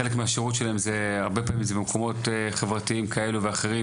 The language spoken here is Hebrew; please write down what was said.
ובחלק מהשירות שלהם הם נמצאים במקומות חברתיים כאלה ואחרים,